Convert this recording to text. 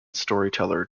storyteller